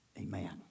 amen